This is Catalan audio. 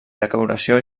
decoració